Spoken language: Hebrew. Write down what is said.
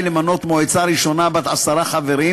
למנות מועצה ראשונה בת עשרה חברים,